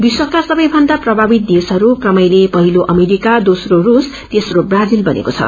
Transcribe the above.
विश्वकासबैभन्दाप्रभावितदेशहरू क्रमैलेपहिलोअमेरिका दोम्रो रूस तेप्पोब्राजिलबनेको छ